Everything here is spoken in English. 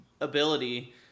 ability